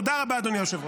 תודה רבה, אדוני היושב-ראש.